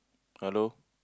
hello